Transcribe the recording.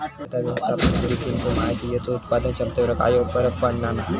मृदा व्यवस्थापन रितींचो मातीयेच्या उत्पादन क्षमतेवर कायव फरक पडना नाय